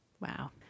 Wow